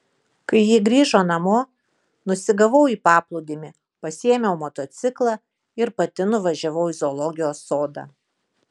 kai ji grįžo namo nusigavau į paplūdimį pasiėmiau motociklą ir pati nuvažiavau į zoologijos sodą